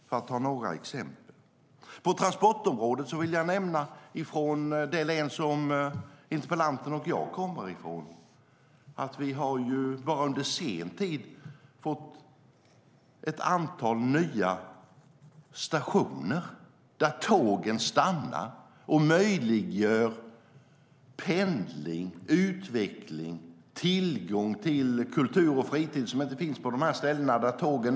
Det var några exempel. På transportområdet vill jag nämna att vi i det län som interpellanten och jag kommer från under den senaste tiden har fått ett antal nya stationer där tågen stannar och möjliggör pendling, utveckling och tillgång till kultur och fritid som inte finns på dessa orter.